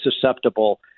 susceptible